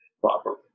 properly